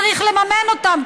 צריך לממן אותם,